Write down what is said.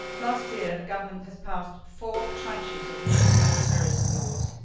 last year the government has passed four tranches of new counterterrorism laws.